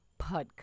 podcast